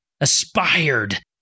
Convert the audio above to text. aspired